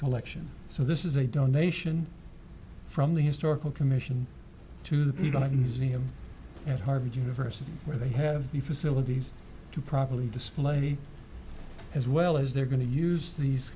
collection so this is a donation from the historical commission to the even to newseum at harvard university where they have the facilities to properly display as well as they're going to use these